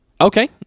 Okay